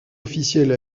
officielle